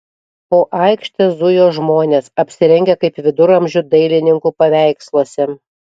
po aikštę zujo žmonės apsirengę kaip viduramžių dailininkų paveiksluose